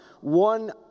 one